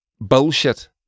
Bullshit